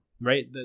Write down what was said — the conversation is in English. right